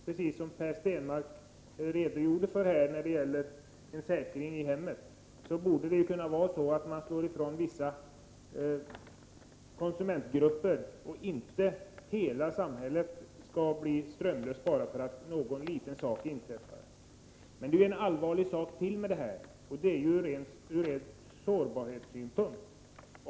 Precis som Per Stenmarck redogjorde för när det gällde en säkring i hemmet borde man i elförsörjningssystemet kunna slå ifrån vissa konsumentgrupper, så att inte hela samhället blir strömlöst bara därför att en mindre incident inträffar. Men det inträffade aktualiserar ytterligare en allvarlig fråga, och det är frågan om vår sårbarhet.